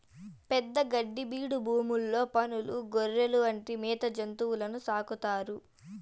పెద్ద గడ్డి బీడు భూముల్లో పసులు, గొర్రెలు వంటి మేత జంతువులను సాకుతారు